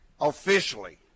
officially